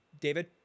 David